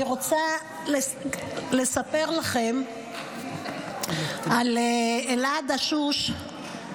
אני רוצה לספר לכם על אלעד אשוש,